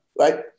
right